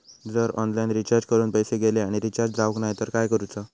जर online recharge करून पैसे गेले आणि रिचार्ज जावक नाय तर काय करूचा?